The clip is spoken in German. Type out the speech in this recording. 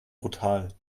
brutal